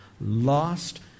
lost